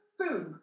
boom